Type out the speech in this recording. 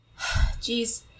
Jeez